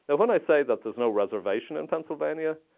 and when i say that there's no reservation in pennsylvania,